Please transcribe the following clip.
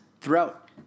throughout